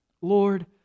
Lord